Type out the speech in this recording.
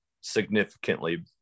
significantly